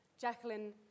Jacqueline